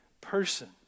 person